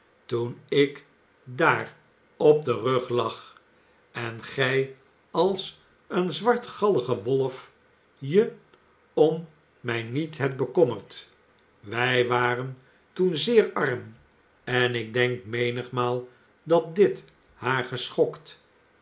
toen ik daar op den rug lag en gij als een zwartgallige wolf je om mij niet hebt bekommerd wij waren toen zeer arm en ik denk menigmaal dat dit haar geschokt